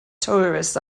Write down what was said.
tourists